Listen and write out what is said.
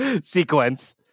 sequence